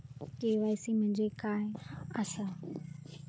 KYC म्हणजे काय आसा?